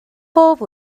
bob